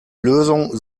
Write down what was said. lösung